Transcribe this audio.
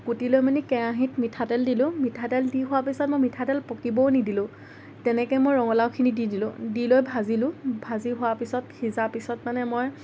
কুটিলোঁ মানে কেৰাহীত মিঠাতেল দিলোঁ মিঠাতেল দি হোৱা পিছত মই মিঠাতেল পকিবও নিদিলোঁ তেনেকৈ মই ৰঙালাওখিনি দি দিলোঁ দি লৈ ভাজিলোঁ ভাজি হোৱা পিছত সিজা পিছত মানে মই